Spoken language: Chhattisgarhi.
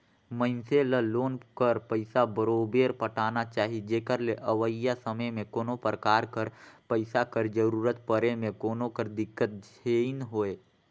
मइनसे ल लोन कर पइसा बरोबेर पटाना चाही जेकर ले अवइया समे में कोनो परकार कर पइसा कर जरूरत परे में कोनो कर दिक्कत झेइन होए